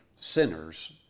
sinners